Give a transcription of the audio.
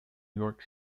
york